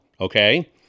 okay